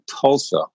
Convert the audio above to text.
Tulsa